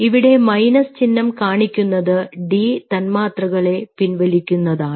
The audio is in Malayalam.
ഇവിടെ മൈനസ് ചിഹ്നം കാണിക്കുന്നത് ഡി തന്മാത്രകളെ പിൻവലിക്കുന്നതാണ്